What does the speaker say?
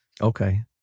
Okay